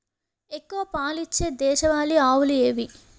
ఎక్కువ పాలు ఇచ్చే దేశవాళీ ఆవులు ఏవి?